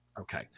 Okay